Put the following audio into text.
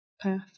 path